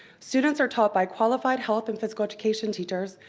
students are taught by qualified health and physical education teachers,